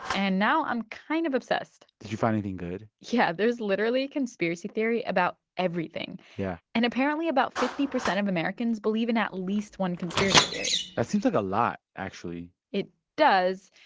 and now, i'm kind of obsessed did you find anything good? yeah. there's literally a conspiracy theory about everything yeah and apparently, about fifty percent of americans believe in at least one conspiracy theory that seems like a lot, actually it does,